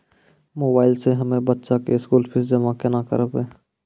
Mobile से हम्मय बच्चा के स्कूल फीस जमा केना करबै?